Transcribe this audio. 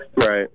right